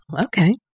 Okay